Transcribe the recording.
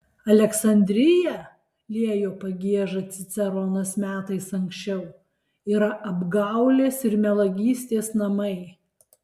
aleksandrija liejo pagiežą ciceronas metais anksčiau yra apgaulės ir melagystės namai